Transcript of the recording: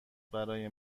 برای